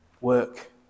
work